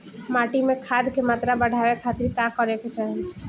माटी में खाद क मात्रा बढ़ावे खातिर का करे के चाहीं?